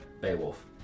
Beowulf